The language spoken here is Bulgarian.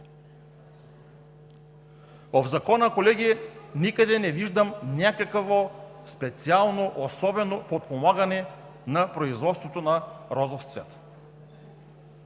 В Закона, колеги, никъде не виждам някакво специално, особено подпомагане на производството на розов цвят